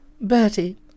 Bertie